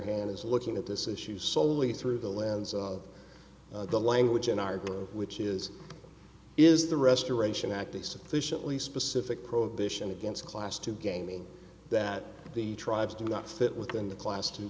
hand is looking at this issue soley through the lens of the language in our view which is is the restoration act a sufficiently specific prohibition against class to gaming that the tribes do not fit within the class to